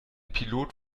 pilot